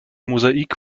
mosaik